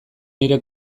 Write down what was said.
nire